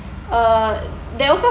uh they also